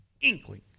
inkling